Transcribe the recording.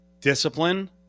discipline